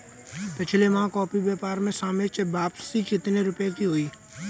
पिछले माह कॉफी व्यापार में सापेक्ष वापसी कितने रुपए की हुई?